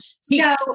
So-